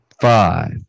five